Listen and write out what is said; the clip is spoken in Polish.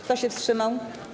Kto się wstrzymał?